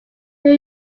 new